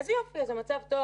איזה יופי, אז המצב טוב.